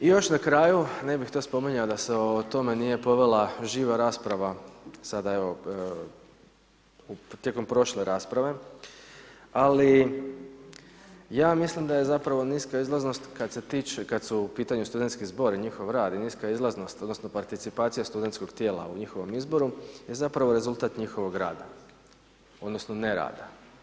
I još na kraju, ne bih to spominjao da se o tome nije povela živa rasprava, sada evo, tijekom prošle rasprave, ali ja mislim da je zapravo niska izlaznost kad se tiče, kad su u pitanju studentski zbor i njihov rad i niska izlaznost odnosno participacija studentskog tijela u njihovom izboru, je zapravo rezultat njihovog rada, odnosno, ne rada.